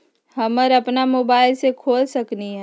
हम अपना मोबाइल से खोल सकली ह?